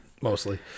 Mostly